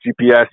GPS